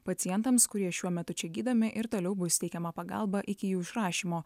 pacientams kurie šiuo metu čia gydomi ir toliau bus teikiama pagalba iki jų išrašymo